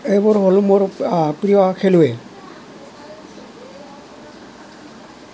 এইবোৰ হ'ল মোৰ প্ৰিয় খেলুৱৈ